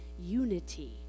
unity